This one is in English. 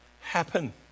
happen